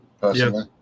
Personally